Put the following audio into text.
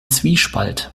zwiespalt